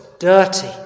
dirty